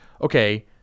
okay